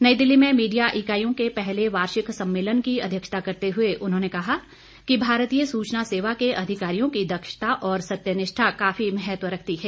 नई दिल्ली में मीडिया इकाइयों के पहले वार्षिक सम्मेलन की अध्यक्षता करते हुए उन्होंने कहा कि भारतीय सुचना सेवा के अधिकारियों की दक्षता और सत्यनिष्ठा काफी महत्व रखती हैं